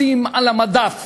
צריך להדליק נורה אדומה